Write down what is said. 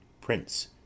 Prince